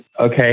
Okay